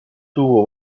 tuvo